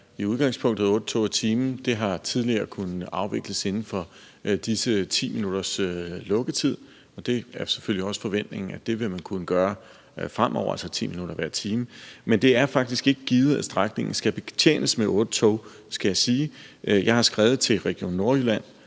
til at være otte tog i timen. Det har tidligere kunnet afvikles inden for disse 10 minutters lukketid. Det er selvfølgelig også forventningen, at det vil man kunne gøre fremover, altså 10 minutter hver time. Men det er faktisk ikke givet, at strækningen skal betjenes med otte tog, skal jeg sige. Jeg har skrevet til Region